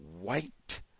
white